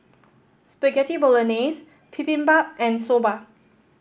Spaghetti Bolognese Bibimbap and Soba